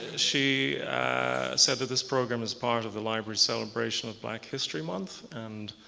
she said that this program is part of the library's celebration of black history month. and